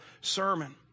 sermon